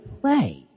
play